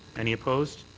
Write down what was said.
any opposed?